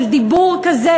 של דיבור כזה,